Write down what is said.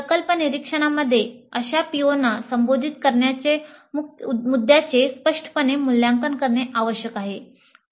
प्रकल्प निरीक्षणामध्ये अशा POना संबोधित करण्याच्या मुद्दयाचे स्पष्टपणे मूल्यांकन करणे आवश्यक आहे